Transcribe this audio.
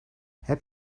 heb